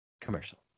Commercial